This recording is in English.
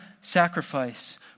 sacrifice